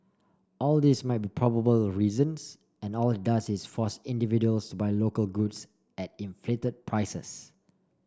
all these might be probable reasons and all it does is force individuals to buy local goods at inflated prices